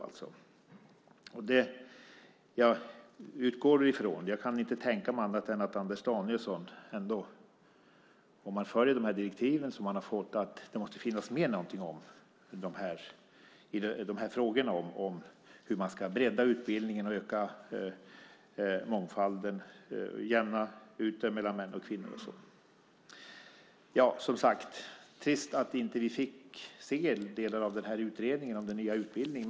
Jag utgår ifrån - jag kan inte tänka mig något annat - att Anders Danielsson har med någonting om de här frågorna om han följer de direktiv han har fått. Det handlar om hur man ska bredda utbildningen, öka mångfalden och jämna ut det hela mellan män och kvinnor. Det är trist att vi inte fick se delar av utredningen om den nya utbildningen.